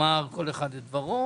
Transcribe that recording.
לכל אחד לומר את דברו,